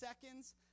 seconds